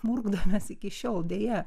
murkdomės iki šiol deja